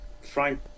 Frank